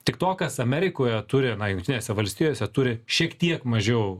tiktokas amerikoje turi jungtinėse valstijose turi šiek tiek mažiau